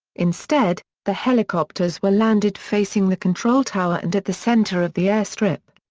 instead, the helicopters were landed facing the control tower and at the centre of the airstrip.